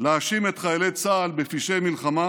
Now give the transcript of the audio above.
להאשים את חיילי צה"ל בפשעי מלחמה,